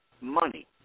money